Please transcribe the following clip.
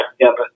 together